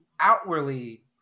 outwardly